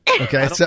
Okay